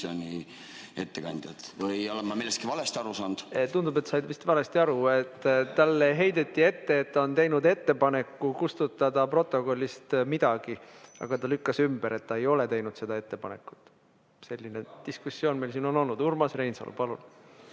ettekandjat. Või olen ma millestki valesti aru saanud? Tundub, et sa said valesti aru. Talle heideti ette, et ta on teinud ettepaneku kustutada protokollist midagi, aga ta lükkas selle ümber: ta ei ole teinud seda ettepanekut. Selline diskussioon on meil siin olnud. Urmas Reinsalu, palun!